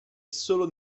solo